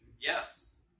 Yes